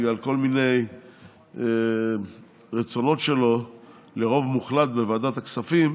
בגלל כל מיני רצונות שלו לרוב מוחלט בוועדת הכספים,